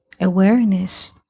Awareness